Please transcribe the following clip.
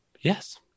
Yes